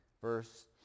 Verse